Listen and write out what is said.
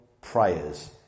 prayers